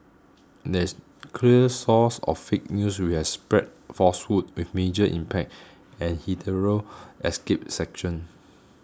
there is clear source of 'fake news' which has spread falsehoods with major impact and hitherto escaped section